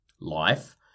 life